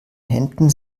händen